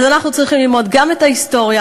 אז אנחנו צריכים ללמוד גם את ההיסטוריה,